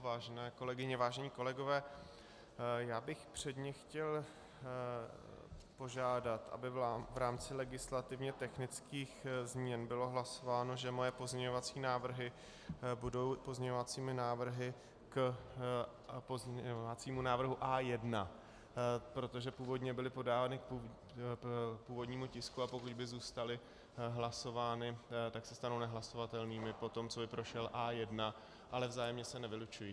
Vážené kolegyně, vážení kolegové, já bych předně chtěl požádat, aby v rámci legislativně technických změn bylo hlasováno, že moje pozměňovací návrhy budou pozměňovacími návrhy k pozměňovacímu návrhu A1, protože původně byly podány k původnímu tisku, a pokud by zůstaly hlasovány, tak se stanou nehlasovatelnými potom, co by prošel A1, ale vzájemně se nevylučují.